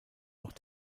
noch